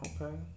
Okay